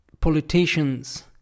politicians